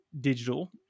Digital